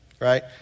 right